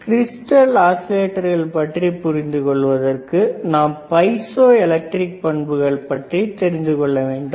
crystal ஆஸிலேட்டர்களைப் பற்றி புரிந்து கொள்வதற்கு நாம் பைசோ எலக்ட்ரிக் பண்புகளை பற்றி புரிந்துகொள்ள வேண்டும்